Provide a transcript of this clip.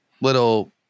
little